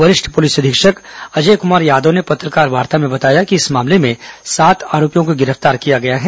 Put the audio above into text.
वरिष्ठ पुलिस अधीक्षक अजय कुमार यादव ने पत्रकारवार्ता में बताया कि इस मामले में सात आरोपियों को गिरफ्तार किया गया है